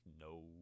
no